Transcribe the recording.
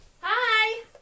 Hi